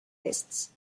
lists